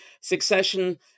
Succession